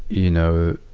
you know,